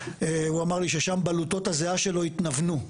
הוא אמר לי ששם בלוטות הזיעה שלו התנוונו.